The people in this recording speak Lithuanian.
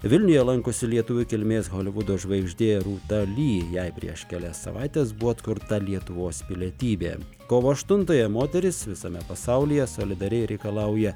vilniuje lankosi lietuvių kilmės holivudo žvaigždė rūta lee jei prieš kelias savaites buvo atkurta lietuvos pilietybė kovo aštuntąją moterys visame pasaulyje solidariai reikalauja